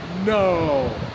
no